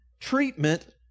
treatment